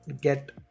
get